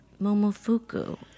Momofuku